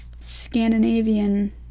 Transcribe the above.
Scandinavian